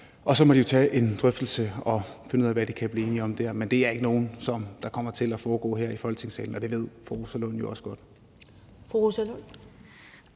Og så må de jo tage en drøftelse og finde ud af, hvad de kan blive enige om der. Men det er ikke noget, som kommer til at foregå her i Folketingssalen, og det ved fru Rosa Lund jo også godt.